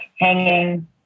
hanging